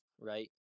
right